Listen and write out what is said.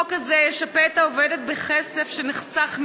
החוק הזה ישפה את העובדת בכסף שנחסך ממנה,